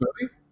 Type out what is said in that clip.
movie